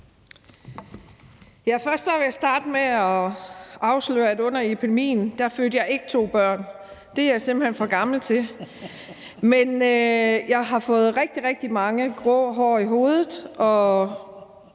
Først vil jeg starte med at afsløre, at under epidemien fødte jeg ikke to børn. Det er jeg simpelt hen for gammel til, men jeg har fået rigtig, rigtig mange grå hår på hovedet,